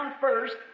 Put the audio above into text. First